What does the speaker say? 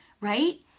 right